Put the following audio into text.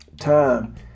Time